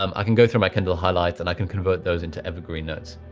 um i can go through my kindle highlights and i can convert those into evergreen notes.